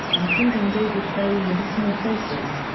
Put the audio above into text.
including david bowie and the small faces.